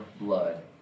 blood